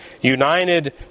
united